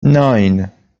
nine